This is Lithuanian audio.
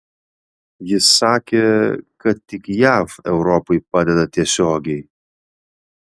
jis sakė kad tik jav europai padeda tiesiogiai